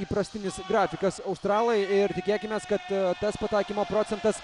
įprastinis grafikas australai ir tikėkimės kad tas pataikymo procentas